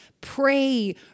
Pray